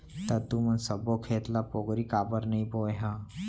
त तुमन सब्बो खेत ल पोगरी काबर नइ बोंए ह?